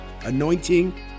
anointing